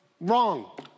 Wrong